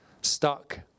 Stuck